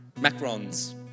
macrons